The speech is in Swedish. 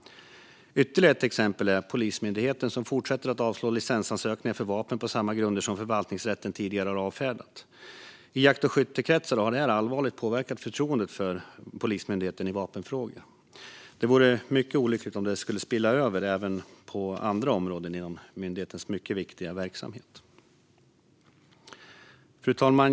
Ytterligare ett exempel är Polismyndigheten, som fortsätter att avslå licensansökningar för vapen på samma grunder som förvaltningsrätten tidigare har avfärdat. I jakt och skyttekretsar har detta allvarligt påverkat förtroendet för Polismyndigheten i vapenfrågor. Det vore mycket olyckligt om det skulle spilla över även på andra områden inom myndighetens mycket viktiga verksamhet. Fru talman!